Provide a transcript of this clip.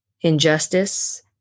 injustice